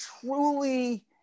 truly